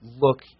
look